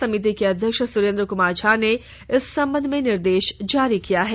समिति के अध्यक्ष सुरेंद्र कुमार झा ने इस संबंध में निर्देश जारी किया है